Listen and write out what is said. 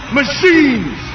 machines